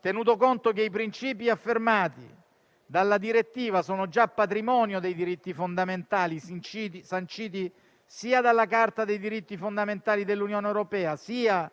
tenuto conto che i principi affermati dalla direttiva sono già patrimonio dei diritti fondamentali sanciti sia dalla Carta dei diritti fondamentali dell'Unione europea sia